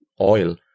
oil